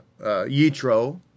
Yitro